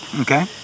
Okay